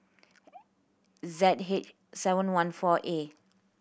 Z H seven one four A